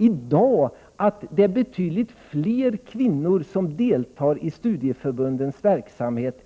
I dag är det betydligt fler kvinnor än män som deltar i studieförbundens verksamhet.